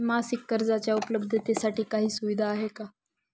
मासिक कर्जाच्या उपलब्धतेसाठी काही सुविधा आहे का?